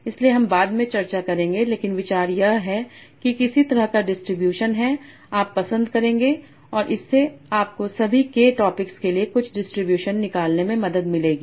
इसलिए हम बाद में चर्चा करेंगे लेकिन विचार यह है कि किस तरह का डिस्ट्रीब्यूशन है आप पसंद करेंगे और इससे आपको सभी k टॉपिक्स के लिए कुछ डिस्ट्रीब्यूशन निकालने में मदद मिलेगी